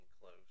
close